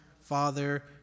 Father